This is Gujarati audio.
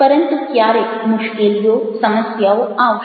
પરંતુ ક્યારેક મુશ્કેલીઓ સમસ્યાઓ આવશે